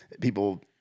people